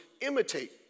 imitate